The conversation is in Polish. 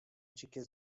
dzikie